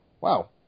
wow